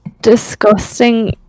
disgusting